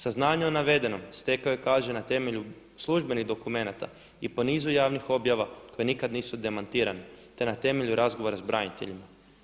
Saznanje o navedenom stekao je kaže na temelju službenih dokumenata i po nizu javnih objava koje nikad nisu demantirane te na temelju razgovora s braniteljima.